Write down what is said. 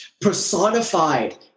personified